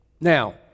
Now